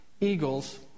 eagles